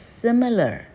similar